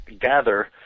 gather